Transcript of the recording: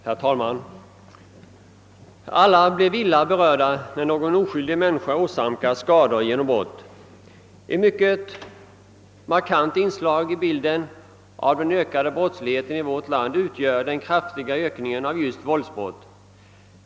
Herr talman! Alla blir vi illa berörda när någon oskyldig människa åsamkas skador genom brott. Ett mycket markant inslag i bilden av den ökade brottsligheten i vårt land utgör den kraftiga ökningen av just våldsbrott.